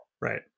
Right